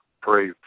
pray